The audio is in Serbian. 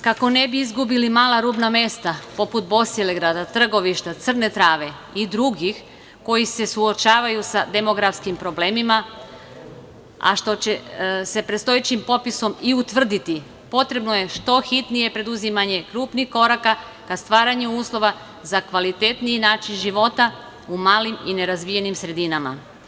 Kako ne bi izgubili mala rubna mesta poput Bosilegrada, Trgovišta, Crne Trave i drugih koji se suočavaju sa demografskim problemima, a što će se predstojećim popisom i utvrditi, potrebno je što hitnije preduzimanje krupnih koraka ka stvaranju uslova za kvalitetniji način života u malim i nerazvijenim sredinama.